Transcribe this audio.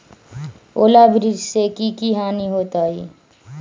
ओलावृष्टि से की की हानि होतै?